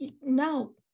no